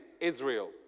Israel